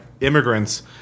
immigrants